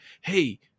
Hey